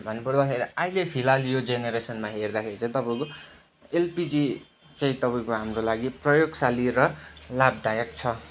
भन्नुपर्दाखेरि अहिले फिलहाल यो जेनेरेसनमा हेर्दाखेरि चाहिँ तपाईँको एलपिजी चाहिँ तपाईँको हाम्रो लागि प्रयोगशाली र लाभदायक छ